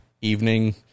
evening